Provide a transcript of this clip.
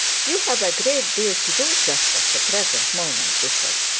you have a great deal to do just at the present moment, bishop.